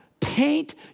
paint